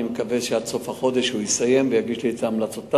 אני מקווה שעד סוף החודש הוא יסיים ויגיש לי את המלצותיו.